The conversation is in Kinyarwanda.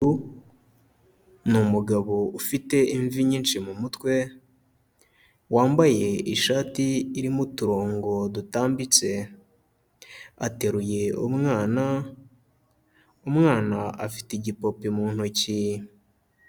Ni umugabo ufite imvi nyinshi mu mutwe, wambaye ishati irimo uturongo dutambitse, ateruye umwana, umwana afite igipopi mu ntoki.